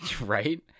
Right